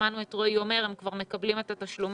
שמענו את רועי כהן אומר שהם כבר מקבלים את התשלומים